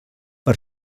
per